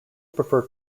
prefer